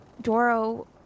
Doro